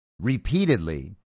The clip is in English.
repeatedly